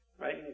right